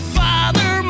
father